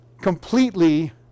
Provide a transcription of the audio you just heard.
completely